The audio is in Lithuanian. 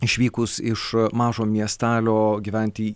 išvykus iš mažo miestelio gyventi